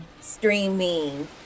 streaming